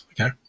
Okay